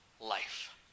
life